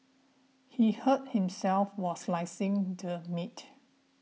he hurt himself while slicing the meat